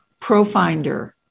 ProFinder